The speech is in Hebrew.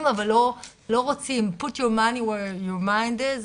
אבל לא רוצים.Put your money where your mind is,